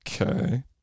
okay